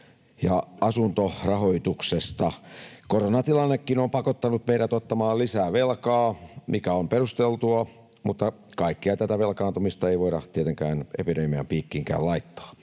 ja asuntorahoituksesta. Koronatilannekin on pakottanut meidät ottamaan lisää velkaa, mikä on perusteltua, mutta kaikkea tätä velkaantumista ei voida tietenkään epidemian piikkiinkään laittaa.